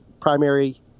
primary